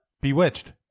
Bewitched